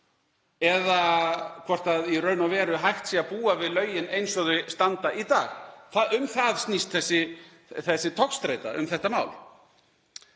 eða hvort í raun og veru hægt sé að búa við lögin eins og þau standa í dag. Um það snýst þessi togstreita um þetta mál.